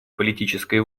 политической